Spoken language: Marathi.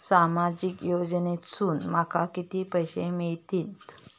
सामाजिक योजनेसून माका किती पैशे मिळतीत?